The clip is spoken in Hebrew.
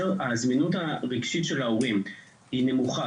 שכשהזמינות הרגשית של ההורים היא נמוכה,